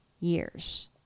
years